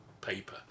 paper